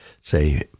Say